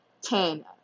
Ten